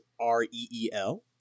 R-E-E-L